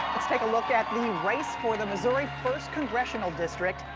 let's take a look at the race for the missouri first congressional district.